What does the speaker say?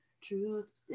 truth